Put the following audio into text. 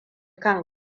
kan